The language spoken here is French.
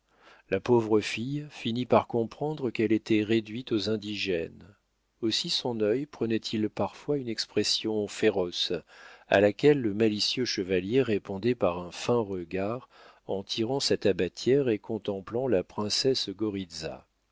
la pauvre fille finit par comprendre qu'elle était réduite aux indigènes aussi son œil prenait-il parfois une expression féroce à laquelle le malicieux chevalier répondait par un fin regard en tirant sa tabatière et contemplant la princesse goritza